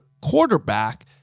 quarterback